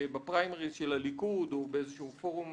בפריימריז של הליכוד או באיזשהו פורום